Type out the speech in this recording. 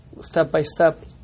step-by-step